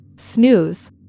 snooze